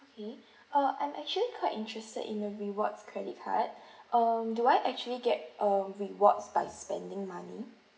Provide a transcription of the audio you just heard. okay uh I'm actually quite interested in the rewards credit card um do I actually get um rewards by spending money